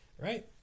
right